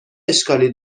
اشکالی